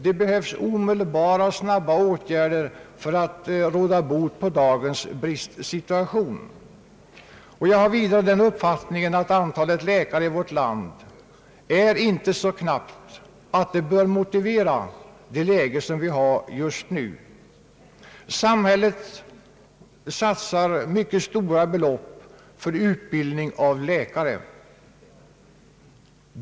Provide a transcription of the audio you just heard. Det behövs omedelbara och snabba åtgärder för att råda bot på dagens bristsituation. Jag har vidare den uppfattningen, att antalet läkare i vårt land inte är så knappt att det behöver motivera det läge vi har just nu. Samhället satsar mycket stora belopp för utbildning av läkare.